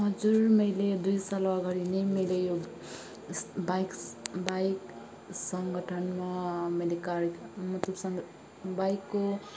हजुर मैले दुई साल अगाडि नै मैले यस बाइक बाइक सङ्गठनमा मैले कार मतलबसँग बाइकको